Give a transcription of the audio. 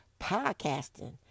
podcasting